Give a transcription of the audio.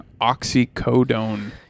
oxycodone